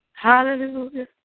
Hallelujah